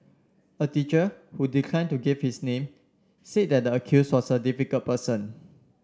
a teacher who declined to give his name said that the accused was a difficult person